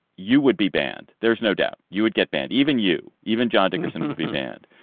you would be banned. there's no doubt you would get banned. even you. even john dickerson will be banned.